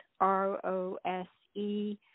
R-O-S-E